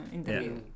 Interview